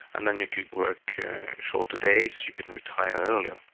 and then you could work shorter days, you could retire earlier.